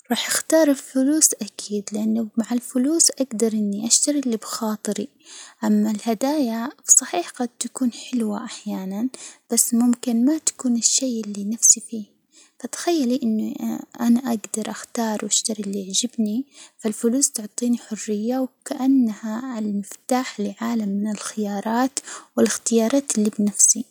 راح أختار الفلوس أكيد لأنه مع الفلوس أجدر إني أشتري اللي بخاطري، أما الهدايا صحيح قد تكون حلوة أحيانًا، بس ممكن ما تكون الشيء اللي نفسي فيه، فتخيلي إنه أنا أجدر أختار وأشتري اللي يعجبني، فالفلوس تعطيني حرية وكأنها المفتاح لعالم من الخيارات والإختيارات اللي بنفسي.